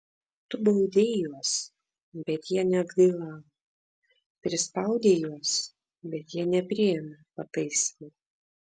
tu baudei juos bet jie neatgailavo prispaudei juos bet jie nepriėmė pataisymo